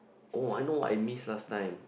oh I know what I miss last time